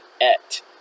et